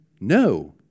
No